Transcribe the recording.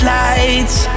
lights